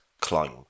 climb